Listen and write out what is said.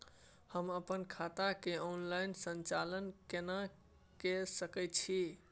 हम अपन खाता के ऑनलाइन संचालन केना के सकै छी?